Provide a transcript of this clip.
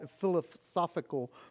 philosophical